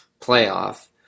playoff